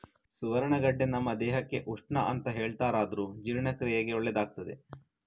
ಸುವರ್ಣಗಡ್ಡೆ ನಮ್ಮ ದೇಹಕ್ಕೆ ಉಷ್ಣ ಅಂತ ಹೇಳ್ತಾರಾದ್ರೂ ಜೀರ್ಣಕ್ರಿಯೆಗೆ ಒಳ್ಳೇದಾಗ್ತದೆ